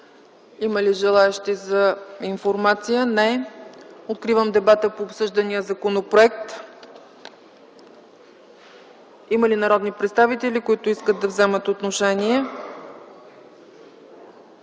има ли желаещи за информация? Не. Откривам дебата по обсъждания законопроект. Има ли народни представители, които искат да вземат отношение?